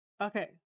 okay